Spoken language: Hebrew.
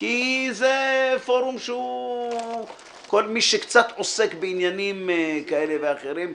כי זה פורום שכל מי שקצת עוסק בעניינים כאלה ואחרים,